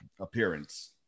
appearance